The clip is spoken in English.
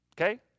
Okay